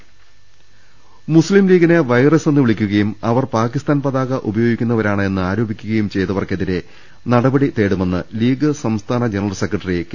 രുട്ടിട്ട്ട്ട്ട്ട മുസ്തിംലീഗിനെ വൈറസ് എന്ന് വിളിക്കുകയും അവർ പാക്കിസ്ഥാൻ പതാക ഉപയോഗിക്കുന്നവരാണ് എന്ന് ആരോപിക്കുകയും ചെയ്തവർക്കെ തിരെ നടപടി തേടുമെന്ന് ലീഗ് സംസ്ഥാന ജനറൽ സെക്രട്ടറി കെ